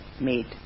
made